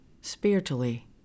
spiritually